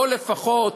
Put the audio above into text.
פה לפחות,